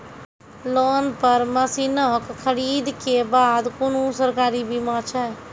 Loan पर मसीनऽक खरीद के बाद कुनू सरकारी बीमा छै?